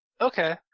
Okay